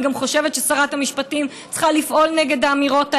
אני חושבת ששרת המשפטים צריכה לפעול נגד האמירות האלה,